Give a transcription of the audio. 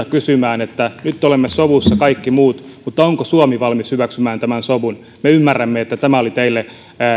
kysymään että nyt kun olemme sovussa kaikki muut onko suomi valmis hyväksymään tämän sovun sillä me ymmärrämme että tämä